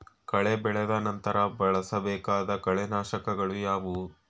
ಕಳೆ ಬೆಳೆದ ನಂತರ ಬಳಸಬೇಕಾದ ಕಳೆನಾಶಕಗಳು ಯಾವುವು?